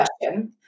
question